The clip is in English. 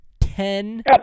Ten